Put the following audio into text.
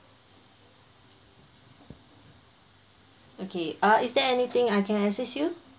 okay uh is there anything I can assist you